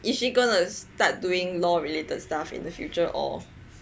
is she going to start doing law related stuff in the future or